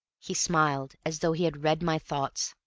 he smiled, as though he had read my thoughts.